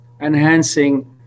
enhancing